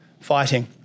fighting